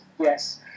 yes